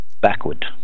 backward